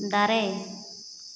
ᱫᱟᱨᱮ